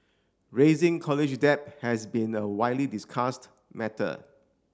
raising college debt has been a widely discussed matter